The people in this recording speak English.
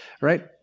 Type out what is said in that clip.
right